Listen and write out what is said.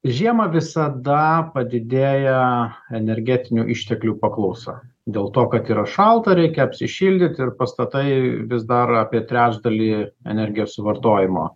žiemą visada padidėja energetinių išteklių paklausa dėl to kad yra šalta reikia apsišildyt ir pastatai vis daro apie trečdalį energijos suvartojimo